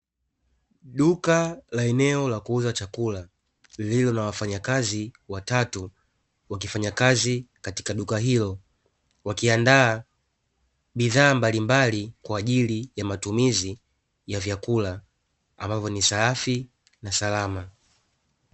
Duka la eneo la kuuza chakula lililo na wafanyakazi watatu, wakifanyakazi katika duka hilo, wakiandaa bidhaa mbalimbali kwa ajili ya matumizi vyakula, ambvyo ni safi na salama.